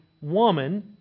woman